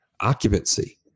occupancy